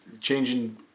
changing